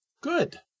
Good